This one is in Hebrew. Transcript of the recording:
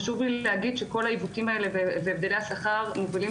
חשוב לי להגיד שכל העיוותים האלה והבדלי השכר מובילים